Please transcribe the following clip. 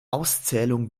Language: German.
auszählung